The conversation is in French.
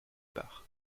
part